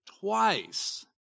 twice